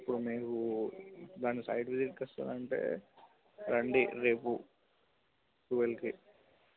ఇప్పుడు మీకు దాని సైట్ విజిట్కి వస్తానంటే రండి రేపు టువల్కి